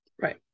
Right